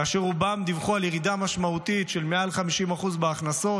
כאשר רובם דיווחו על ירידה משמעותית של מעל 50% מההכנסות,